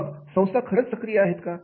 मग संस्था खरंच सक्रिय आहेत का